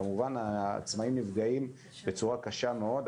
כמובן העצמאים נפגעים בצורה קשה מאוד,